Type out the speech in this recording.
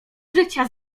życia